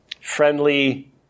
friendly